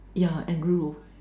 yeah and grew